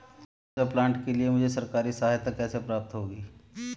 सौर ऊर्जा प्लांट के लिए मुझे सरकारी सहायता कैसे प्राप्त होगी?